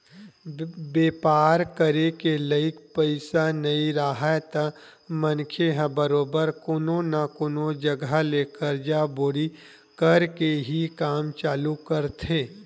बेपार करे के लइक पइसा नइ राहय त मनखे ह बरोबर कोनो न कोनो जघा ले करजा बोड़ी करके ही काम चालू करथे